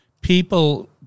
people